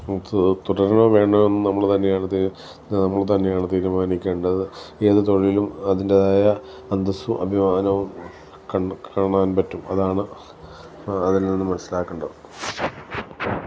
തുടർന്ന് വേണ്ടതെന്നും നമ്മൾ തന്നെയാണ് നമ്മൾ തന്നെയാണ് തീരുമാനിക്കേണ്ടത് ഏത് തൊഴിലും അതിൻ്റെതായ അന്തസ്സും അഭിമാനവും കാണാൻപറ്റും അതാണ് അതിൽനിന്ന് മനസ്സിലാക്കേണ്ടത്